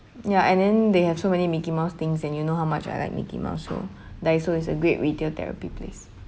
ya and then they have so many mickey mouse things and you know how much I like mickey mouse so daiso is a great retail therapy place